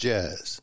Jazz